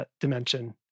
dimension